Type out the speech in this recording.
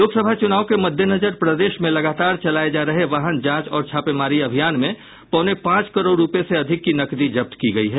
लोकसभा चुनाव के मद्देनजर प्रदेश में लगातार चलाये जा रहे वाहन जांच और छापेमारी अभियान में पौने पांच करोड़ रूपये से अधिक की नकदी जब्त की गयी है